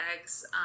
eggs